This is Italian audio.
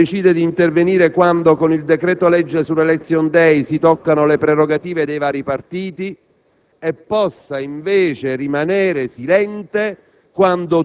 che decide di intervenire quando, con il decreto‑legge sull'*election day*, si toccano le prerogative dei vari partiti, e possa invece rimanere silente